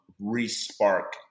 re-spark